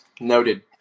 noted